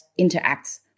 interacts